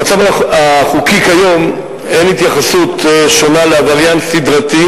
במצב החוקי כיום אין התייחסות שונה לעבריין סדרתי